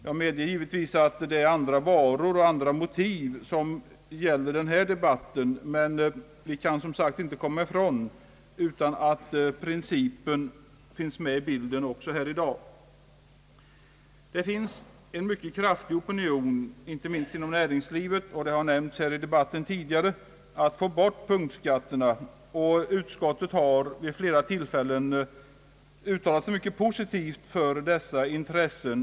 Jag medger givetvis att debatten i dag gäller andra varor och att det kan anföras andra motiv, men vi kan inte komma ifrån att principen finns med i bilden också den här gången. Som nämnts tidigare i debatten finns det en kraftig opinion, inte minst inom näringslivet, för att få bort punktskatterna. Utskottet har vid flera tillfällen uttalat sig mycket positivt till förmån för dessa intressen.